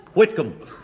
Whitcomb